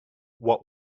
what